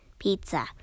pizza